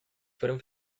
fueron